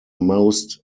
most